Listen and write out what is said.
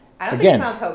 again